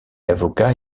avocat